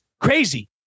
crazy